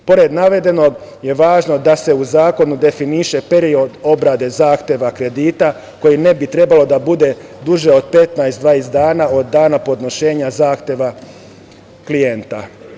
Pored navedenog je važno da se u zakonu definiše period obrade zahteva kredita koji ne bi trebalo da bude duže od 15, 20 dana od dana podnošenja zahteva klijenta.